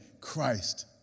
Christ